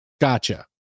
Gotcha